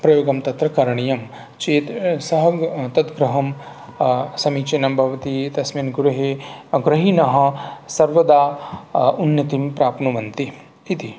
प्रयोगं तत्र करणीयं चेत् सः तत् गृहं समीचीनं भवति तस्मिन् गृहे गृहिणः सर्वदा उन्नतिं प्राप्नुवन्ति इति